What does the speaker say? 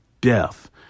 death